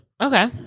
Okay